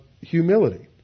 humility